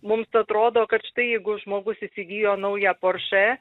mums atrodo kad štai jeigu žmogus įsigijo naują porsche